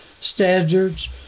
standards